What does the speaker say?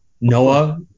Noah